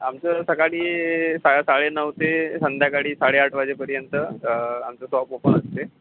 आमचं सकाळी सा साडेनऊ ते संध्याकाळी साडेआठ वाजेपर्यंत आमचं शॉप ओपन असते